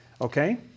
okay